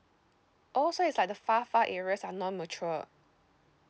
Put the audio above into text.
oh so is like the far far areas are non mature